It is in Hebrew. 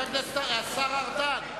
השר ארדן.